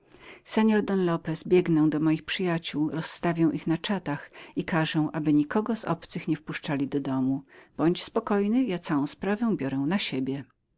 don lopez biegnę do moich przyjacioł rozstawię ich na czatach i każę aby nikogo z obcych nie wpuszczali do domu bądź spokojnym ja całą sprawę biorę na siebie